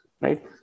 right